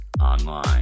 online